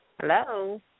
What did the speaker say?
Hello